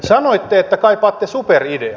sanoitte että kaipaatte superideaa